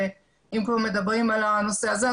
אם כבר מדברים על הנושא הזה,